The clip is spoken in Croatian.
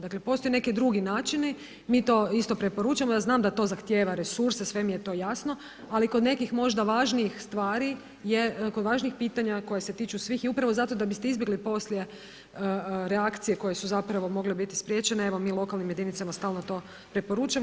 Dakle, postoje neki drugi načini, mi to isto preporučamo jer znam da to zahtjeva resurse, sve mi je to jasno, ali kod nekih možda važnijih stvari je, kod važnijih pitanja koje se tiču svih je upravo zato da biste izbjegli poslije reakcije koje su zapravo mogle biti spriječene, evo mi lokalnim jedinicama stalno to preporučamo.